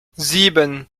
sieben